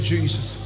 Jesus